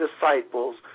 disciples